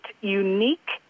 unique